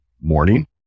morning